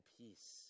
peace